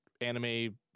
anime